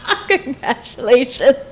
Congratulations